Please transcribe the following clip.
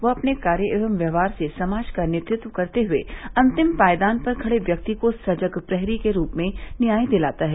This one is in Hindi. वह अपने कार्य एव व्यवहार से समाज का नेतृत्व करते हुए अंतिम पायदान पर खड़े व्यक्ति को सजग प्रहरी के रूप में न्याय दिलाता है